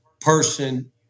person